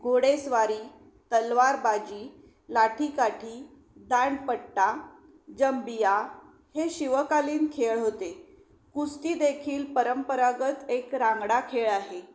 घोडेस्वारी तलवारबाजी लाठीकाठी दांडपट्टा जंबिया हे शिवकालीन खेळ होते कुस्तीदेखील परंपरागत एक रांगडा खेळ आहे